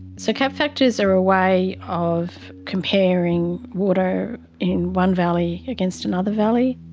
so cap factors are a way of comparing water in one valley against another valley.